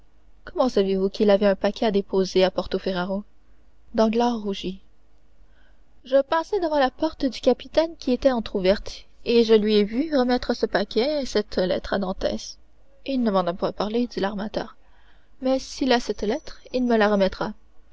comment savez-vous qu'il avait un paquet à déposer à porto ferrajo danglars rougit je passais devant la porte du capitaine qui était entrouverte et je lui ai vu remettre ce paquet et cette lettre à dantès il ne m'en a point parlé dit l'armateur mais s'il a cette lettre il me la remettra